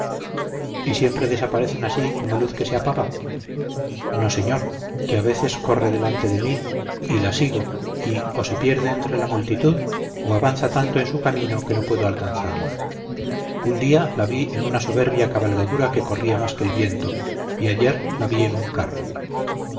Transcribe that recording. y siempre desaparecen así como luz que se apaga no señor que a veces corre delante de mí y la sigo y o se pierde entre la multitud o avanza tanto en su camino que no puedo alcanzarla un día la vi en una soberbia cabalgadura que corría más que el viento y ayer la vi en un carro